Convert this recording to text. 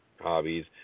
hobbies